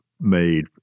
made